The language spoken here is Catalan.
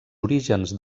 orígens